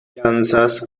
kansas